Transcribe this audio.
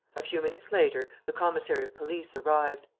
a few minutes later, the commissary of police arrived.